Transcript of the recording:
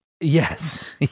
Yes